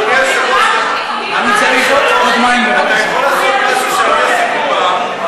אתה יכול לעשות משהו שאני עשיתי פעם,